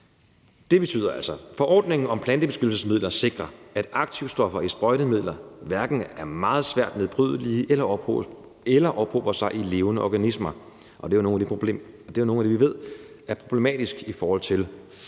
Det betyder altså, at forordningen om plantebeskyttelsesmidler sikrer, at aktivstoffer i sprøjtemidler hverken er meget svært nedbrydelige eller ophober sig i levende organismer. Det er jo noget af det, vi ved er problematisk i forhold til